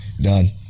done